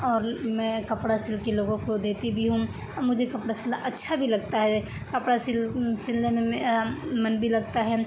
اور میں کپڑا سل کے لوگوں کو دیتی بھی ہوں مجھے کپڑا سلا اچھا بھی لگتا ہے کپڑا سلنے میں من بھی لگتا ہے